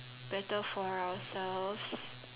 better for ourselves